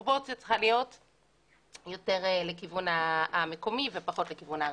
אבל הפרופורציה צריכה להיות לכיוון המקומי ופחות לכיוון הארצי.